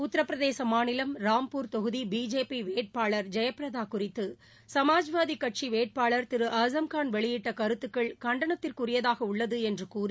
உத்தரப்பிரதேச மாநிலம் ராம்பூர் தொகுதி பிஜேபி வேட்பாளர் ஜெயப்பிரதா குறித்து சமாஜ்வாதி கட்சி வேட்பாளர் திரு ஆசம்கான் வெளியிட்ட கருத்துக்கள் கண்டனத்திற்குரியதாக உள்ளது என்று கூறி